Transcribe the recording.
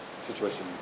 situation